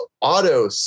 auto